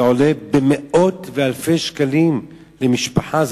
זה עולה במאות ואלפי שקלים למשפחה,